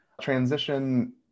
Transition